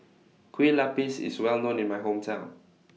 Kue Lupis IS Well known in My Hometown